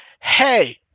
hey